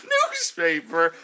Newspaper